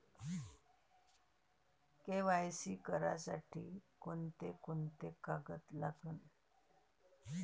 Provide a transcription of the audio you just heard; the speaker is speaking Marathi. के.वाय.सी करासाठी कोंते कोंते कागद लागन?